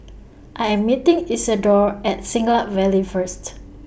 I Am meeting Isidore At Siglap Valley First